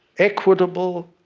equitable,